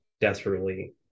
desperately